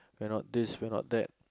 we're not this we're not that